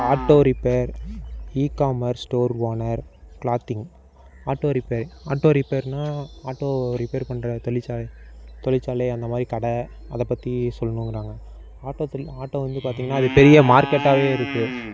auto repair ecommerce store owner clothing auto repair auto ரிப்பேர்னால் auto repair பண்ணுற தொழிற்சாலை தொழிற்சாலை அந்த மாதிரி கடை அதை பற்றி சொல்லணுங்குறாங்க ஆட்டோ தொழிலில் ஆட்டோ வந்து பார்த்திங்னா அது பெரிய மார்க்கெட்டாகவே இருக்குது